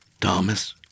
Thomas